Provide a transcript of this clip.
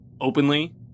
openly